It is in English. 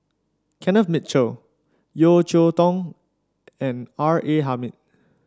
Kenneth Mitchell Yeo Cheow Tong and R A Hamid